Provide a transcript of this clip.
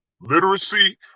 literacy